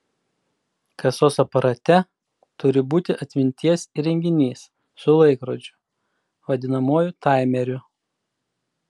kasos aparate turi būti atminties įrenginys su laikrodžiu vadinamuoju taimeriu